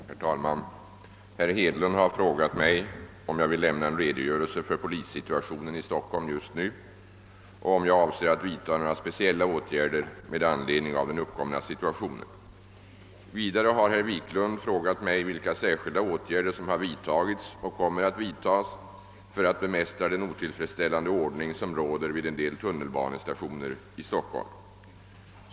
Herr talman! Herr Hedlund har i en interpellation frågat mig om jag vill lämna en redogörelse för polissituationen i Stockholm just nu och om jag avser att vidta några speciella åtgärder med anledning av den uppkomna situationen. Vidare har herr Wiklund i en interpellation frågat mig vilka särskilda åtgärder som har vidtagits och kommer att vidtagas för att bemästra den otillfredsställande ordning som råder vid en del tunnelbanestationer i Stockholm.